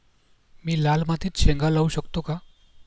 मी लाल मातीत शेंगा लावू शकतो का?